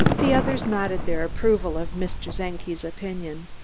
the others nodded their approval of mr. czenki's opinion.